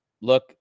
look